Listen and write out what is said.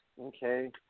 okay